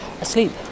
asleep